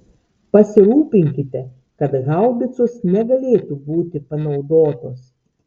pasirūpinkite kad haubicos negalėtų būti panaudotos